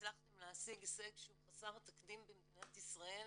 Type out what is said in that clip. הצלחתם להשיג הישג שהוא חסר תקדים במדינת ישראל,